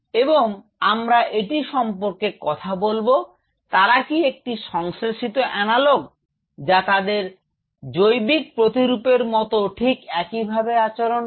এবং আমরা এটি সম্পর্কে কথা বলব তারা কি একটি সংশ্লেষিত অ্যানালগ যা তাদের জইবিক প্রতিরুপের মত ঠিক একইভাবে আচরণ করে